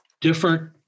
different